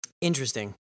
Interesting